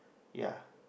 ya